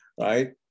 right